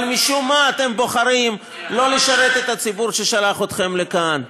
אבל משום מה אתם בוחרים שלא לשרת את הציבור ששלח אתכם לכאן,